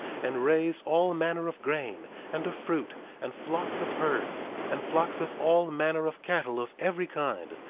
and raise all manner of grain, and of fruit, and flocks of herds, and flocks of all manner of cattle of every kind,